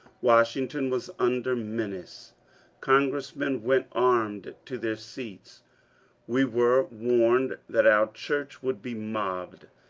washington was under menace con gressmen went armed to their seats we were warned that our church would be mobbed.